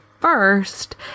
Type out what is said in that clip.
first